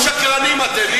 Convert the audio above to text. אבל גם שקרנים אתם.